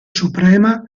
suprema